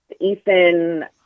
Ethan